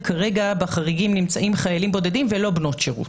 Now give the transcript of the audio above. כרגע בחריגים נמצאים חיילים בודדים ולא בנות שירות.